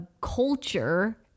culture